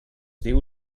diu